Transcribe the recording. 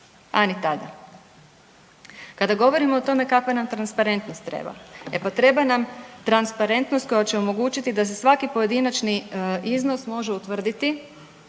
a ni tada. Kada govorimo o tome kakva nam transparentnost treba, e pa treba nam transparentnost koja će omogući da se svaki pojedinačni iznos može utvrditi